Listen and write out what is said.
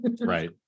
Right